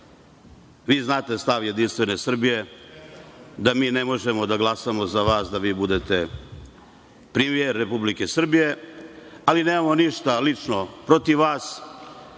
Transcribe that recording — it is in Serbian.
vi znate stav Jedinstvene Srbije, da mi ne možemo da glasamo za vas da vi budete premijer Republike Srbije, ali nemamo ništa lično protiv vas.